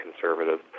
conservative